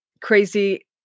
crazy